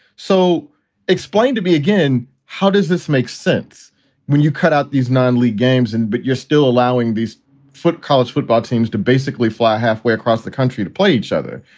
so explain to me again, how does this make sense when you cut out these non league games and but you're still allowing these foot college football teams to basically fly halfway across the country to play each other?